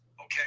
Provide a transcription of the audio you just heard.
okay